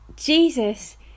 Jesus